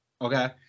okay